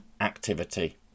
activity